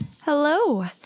Hello